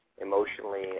Emotionally